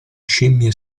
scimmie